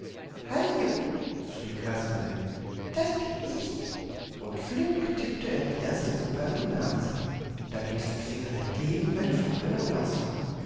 schrie kasperle das bin ich und flink tippte er die erste puppe an die nase da blieb sein fingerlein kleben weil die farbe noch naß war